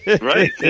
Right